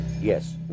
Yes